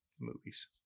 movies